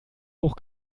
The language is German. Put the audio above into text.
hoch